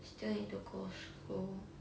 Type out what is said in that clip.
still need to go school